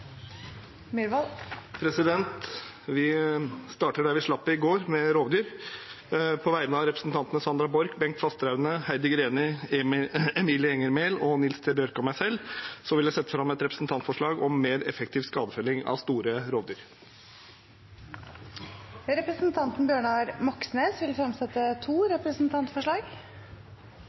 starter der vi slapp i går – med rovdyr. På vegne av stortingsrepresentantene Sandra Borch, Bengt Fasteraune, Heidi Greni, Emilie Enger Mehl, Nils T. Bjørke og meg selv vil jeg sette fram et representantforslag om mer effektiv skadefelling av store rovdyr. Representanten Bjørnar Moxnes vil fremsette to representantforslag.